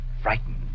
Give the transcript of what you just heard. Frightened